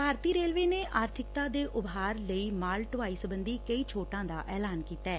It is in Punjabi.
ਭਾਰਤੀ ਰੇਲਵੇ ਨੇ ਆਰਥਿਕਤਾ ਦੇ ਉਭਾਰ ਲਈ ਮਾਲ ਢੁਆਈ ਸਬੰਧੀ ਕਈ ਛੋਟਾਂ ਦਾ ਐਲਾਨ ਕੀਤੈ